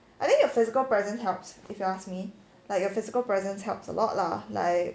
I think like you physical presence helps if you ask me your physical presence helps a lot lah like